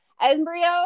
embryo